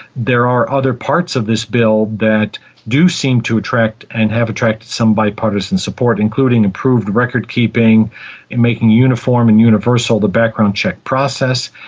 there are other parts of this bill that do seem to attract and have attracted some bipartisan support, including improved recordkeeping and making uniform and universal the background check process.